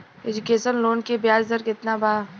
Education loan के ब्याज दर केतना बा?